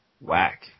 Whack